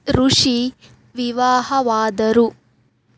ಋಷಿ ವಿವಾಹವಾದರು